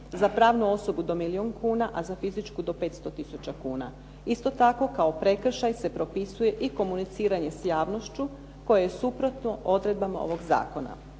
Za pravnu osobu do milijun kuna, a za fizičku do 500 tisuća kuna. Isto tako kao prekršaj se propisuje i komuniciranje s javnošću koje je suprotno odredbama ovog zakona.